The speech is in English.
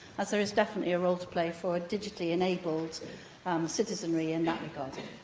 as there is definitely a role to play for digitally enabled citizenry in that regard.